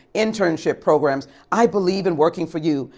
internship programs. i believe in working for you.